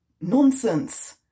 nonsense